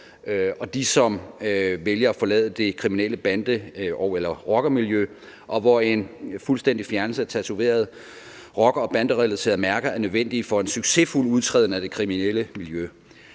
og dem, som vælger at forlade det kriminelle bande- og rockermiljø, hvor en fuldstændig fjernelse af tatoverede rocker- og banderelaterede mærker er nødvendig for en succesfuld udtræden af det kriminelle miljø.